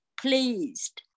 pleased